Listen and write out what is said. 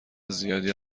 زیادی